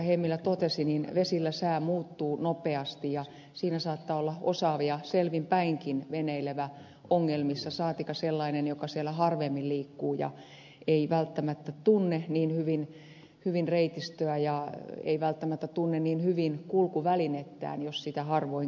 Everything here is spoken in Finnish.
hemmilä totesi vesillä sää muuttuu nopeasti ja siinä saattaa olla osaava ja selvin päinkin veneilevä ongelmissa saatikka sellainen joka siellä harvemmin liikkuu ja ei välttämättä tunne niin hyvin reitistöä ja ei välttämättä tunne niin hyvin kulkuvälinettään jos sitä harvoin käyttää